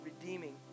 redeeming